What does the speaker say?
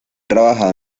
trabajado